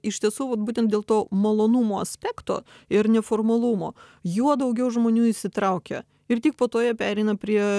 iš tiesų vat būtent dėl to malonumo aspekto ir neformalumo juo daugiau žmonių įsitraukia ir tik po to jie pereina prie